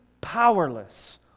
powerless